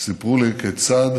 סיפרו לי כיצד